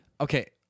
Okay